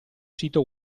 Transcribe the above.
sito